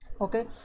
okay